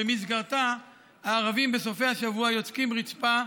ובמסגרתה הערבים בסופי השבוע יוצקים רצפה,